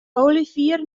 olivier